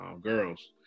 girls